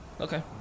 Okay